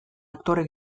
aktore